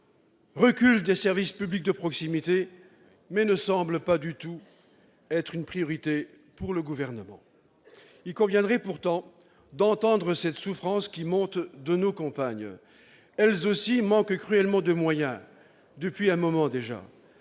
recul des services publics de proximité -, mais ne semblent pas du tout constituer une priorité pour le Gouvernement. Il conviendrait pourtant d'entendre cette souffrance qui monte de nos campagnes. Elles aussi manquent cruellement de moyens depuis un moment déjà.